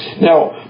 Now